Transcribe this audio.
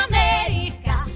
America